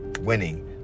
Winning